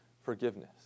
forgiveness